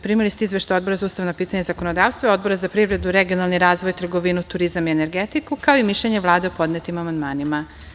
Primili ste izveštaj Odbora za ustavna pitanja i zakonodavstvo i Odbora za privredu, regionalni razvoj, trgovinu, turizam i energetiku, kao i mišljenje Vlade o podnetim amandmanima.